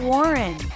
Warren